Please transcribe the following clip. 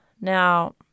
Now